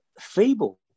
feeble